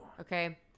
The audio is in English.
Okay